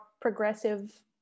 progressive